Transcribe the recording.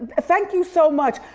but thank you so much.